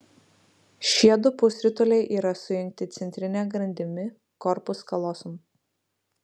šie du pusrutuliai yra sujungti centrine grandimi korpus kalosum